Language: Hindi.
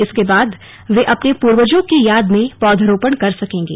इसके बाद वे अपने पूर्वजों की याद में पौधरोपण कर सकेंगे